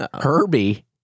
Herbie